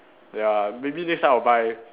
ya maybe next time I'll buy